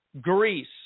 greece